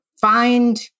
find